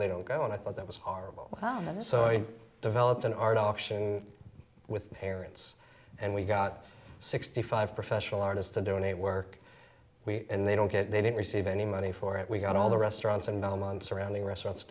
they don't go and i thought that was horrible and so i developed an art auction with parents and we got sixty five professional artists to do any work and they don't get they didn't receive any money for it we got all the restaurants and all months around the restaurants